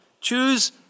Choose